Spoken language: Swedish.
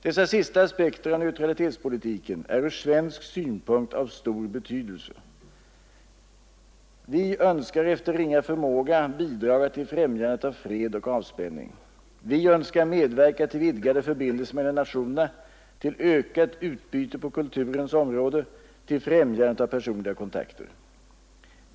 Dessa sista aspekter av neutralitetspolitiken är ur svensk synpunkt av stor betydelse. Vi önskar efter ringa förmåga bidraga till främjande av fred och avspänning. Vi önskar medverka till vidgade förbindelser mellan nationerna, till ökat utbyte på kulturens område, till främjande av personliga kontakter.